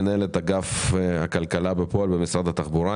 מנהלת אגף כלכלה בפועל במשרד התחבורה,